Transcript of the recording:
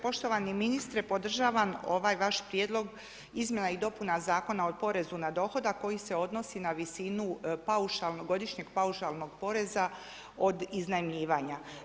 Poštovani ministre, podržavam ovaj vaš prijedlog izmjena i dopuna Zakona o porezu na dohodak koji se odnosi na visinu godišnjeg paušalnog poreza od iznajmljivanja.